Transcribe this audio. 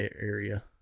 area